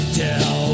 tell